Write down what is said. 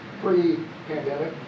pre-pandemic